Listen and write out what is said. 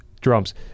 drums